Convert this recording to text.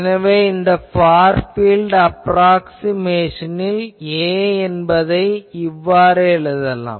எனவே இந்த far field அப்ராக்ஸிமேஷனில் A என்பதை இவ்வாறு எழுதலாம்